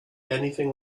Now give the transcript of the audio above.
anything